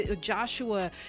Joshua